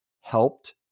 helped